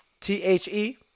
T-H-E